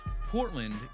Portland